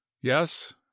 Yes